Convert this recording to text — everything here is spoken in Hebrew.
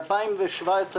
ב-2017,